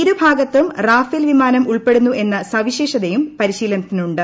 ഇരു ഭാഗത്തും റാഫേൽ വിമാനം ഉൾപ്പെടുന്നു എന്ന സവിശേഷതയും പരിശീലനത്തിനുണ്ട്